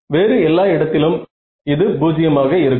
வேறு எல்லா இடத்திலும் இது பூஜ்ஜியமாக இருக்கும்